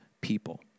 people